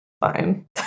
fine